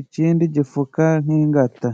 ikindi gifuka nk'ingata.